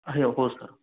आहे हो सर